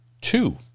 two